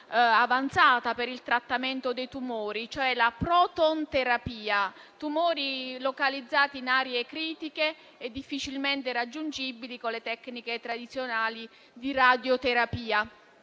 avanzata per il trattamento dei tumori, cioè la protonterapia per tumori localizzati in aree critiche e difficilmente raggiungibili con le tecniche tradizionali di radioterapia.